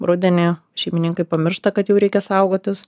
rudenį šeimininkai pamiršta kad jau reikia saugotis